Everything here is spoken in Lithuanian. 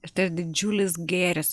ir tai yra didžiulis gėris